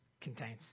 contains